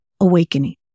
awakening